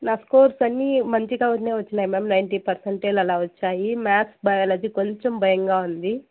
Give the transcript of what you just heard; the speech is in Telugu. నా స్కోర్స్ అన్ని మంచిగానే వచ్చాయి మ్యామ్ నైంటీ పర్సంటైల్ అలా వచ్చాయి మ్యాథ్స్ బయాలజీ కొంచెం భయంగా ఉంది